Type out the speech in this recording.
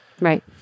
Right